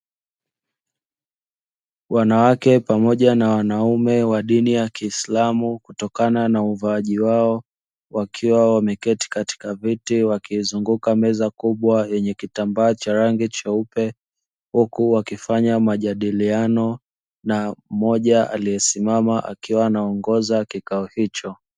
Wanawake pamoja na wanaume wa dini ya kiislamu kutokana na uvaaji wao, wakiwa wameketi katika viti wakizunguka meza kubwa yenye kitambaa cha rangi cheupe huku wakifanya majadiliano; na mmoja aliyesimama akiwa na ongoza kikao hicho.